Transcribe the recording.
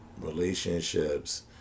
relationships